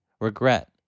regret